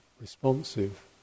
responsive